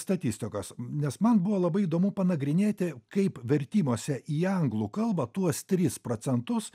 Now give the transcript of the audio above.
statistikos nes man buvo labai įdomu panagrinėti kaip vertimuose į anglų kalbą tuos tris procentus